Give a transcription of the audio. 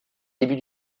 début